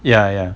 ya ya